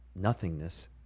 nothingness